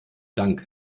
dank